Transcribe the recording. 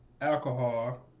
alcohol